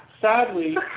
Sadly